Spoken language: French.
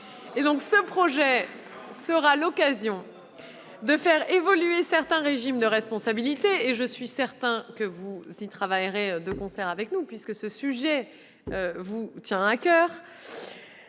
Ce projet sera l'occasion de faire évoluer certains régimes de responsabilité particuliers- je suis certaine que vous y travaillerez de concert avec nous, puisque ce sujet vous tient à coeur